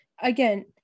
again